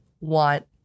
want